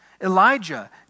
Elijah